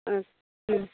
ആ